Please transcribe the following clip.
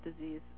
disease